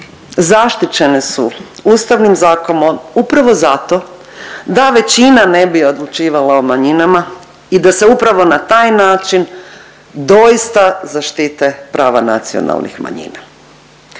zaštićene su Ustavnim zakonom upravo zato da većina ne bi odlučivala o manjinama i da se upravo na taj način doista zaštite prava nacionalnih manjina.